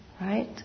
right